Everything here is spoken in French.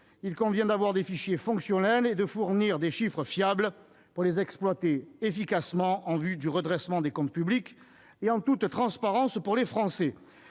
il convient d'avoir des fichiers fonctionnels et de fournir des chiffres fiables, pouvant être exploités efficacement en vue de redresser les comptes publics, et ce en toute transparence pour les Français.